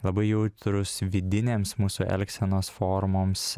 labai jautrūs vidinėms mūsų elgsenos formoms